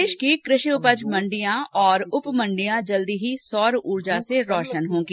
प्रदेश की कृषि उपज मण्डियां तथा उप मण्डियां जल्द ही सौर ऊर्जा से रोशन होंगी